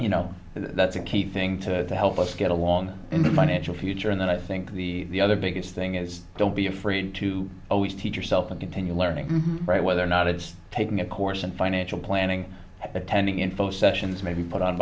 you know that's a key thing to help us get along in the financial future and then i think the other biggest thing is don't be afraid to always teach yourself and continue learning right whether or not it's taking a course in financial planning attending info sessions maybe put on